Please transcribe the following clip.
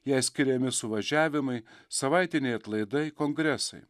jai skiriami suvažiavimai savaitiniai atlaidai kongresai